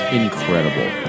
incredible